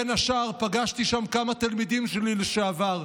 בין השאר, פגשתי שם כמה תלמידים שלי לשעבר,